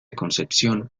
concepción